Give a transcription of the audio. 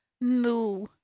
Moo